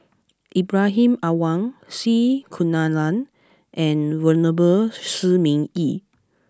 Ibrahim Awang C Kunalan and Venerable Shi Ming Yi